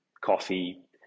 coffee